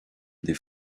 des